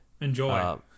Enjoy